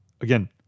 Again